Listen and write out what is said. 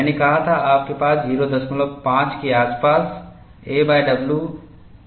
मैंने कहा था आपके पास 05 के आसपास aw घूमने से होगा